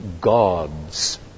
gods